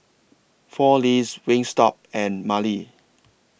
four Leaves Wingstop and Mili